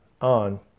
on